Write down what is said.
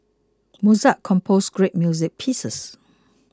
Mozart composed great music pieces